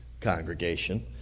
congregation